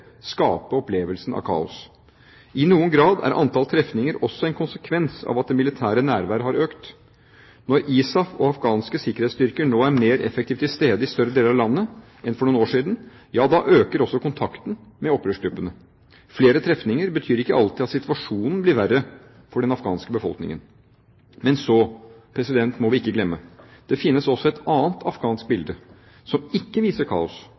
skape opplevelsen av kaos. I noen grad er antall trefninger også en konsekvens av at det militære nærværet har økt. Når ISAF og afghanske sikkerhetsstyrker nå er mer effektivt til stede i større deler av landet enn for noen år siden, øker også kontakten med opprørsgruppene. Flere trefninger betyr ikke alltid at situasjonen blir verre for den afghanske befolkningen. Men så må vi ikke glemme: Det finnes også et annet afghansk bilde, som ikke viser kaos